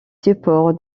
supports